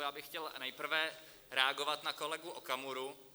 Já bych chtěl nejprve reagovat na kolegu Okamuru.